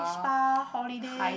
spa holiday